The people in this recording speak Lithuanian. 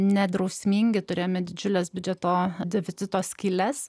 nedrausmingi turėjome didžiules biudžeto deficito skyles